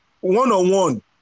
One-on-one